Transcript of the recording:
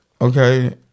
Okay